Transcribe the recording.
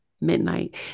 Midnight